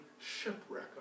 shipwreck